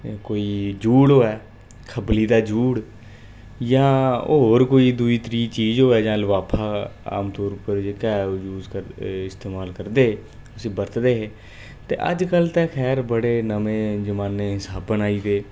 कोई जूड़ होऐ खब्बली दा जूड़ जां होर कोई दुई त्री चीज़ होऐ जां लफाफा आमतौर पर जेह्का ऐ यूज करदे इस्तेमाल करदे हे उसी बरतदे हे ते अजकल ते खैर बड़े नमें जमाने दे साबन आई गे